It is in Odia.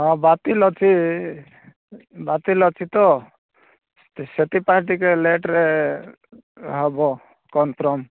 ହଁ ବାତିଲ ଅଛି ବାତିଲ ଅଛି ତ ତ ସେଥିପାଇଁ ଟିକେ ଲେଟ୍ରେ ହେବ କନଫର୍ମ